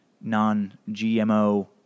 non-GMO